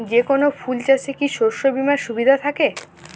যেকোন ফুল চাষে কি শস্য বিমার সুবিধা থাকে?